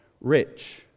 rich